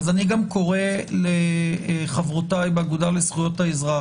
אני גם קורא לחברותי באגודה לזכויות האזרח,